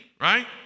right